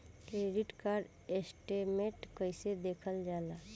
Credit card statement कइसे देखल जाला?